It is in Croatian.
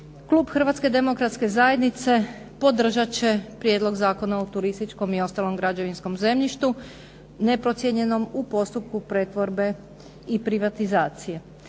kolegice i kolege. Evo podržat ću ovaj Prijedlog Zakona o turističkom i ostalom građevinskom zemljištu neprocijenjenom u postupku pretvorbe i privatizacije